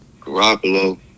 Garoppolo